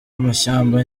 amashyamba